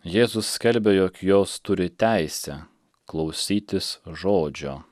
jėzus skelbė jog jos turi teisę klausytis žodžio